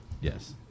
yes